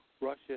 Russia